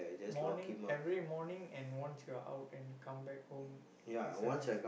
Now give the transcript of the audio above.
morning every morning and once you are out and come back home it's a mess